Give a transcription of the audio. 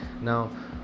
now